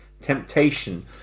temptation